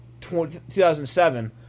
2007